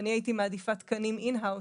אני הייתי מעדיפה תקנים פנימיים,